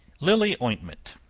lily ointment.